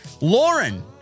Lauren